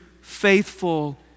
faithful